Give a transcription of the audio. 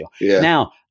Now